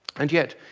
and yet,